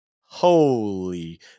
Holy